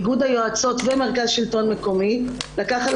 איגוד היועצות ומרכז השלטון המקומי לקחו